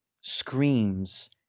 screams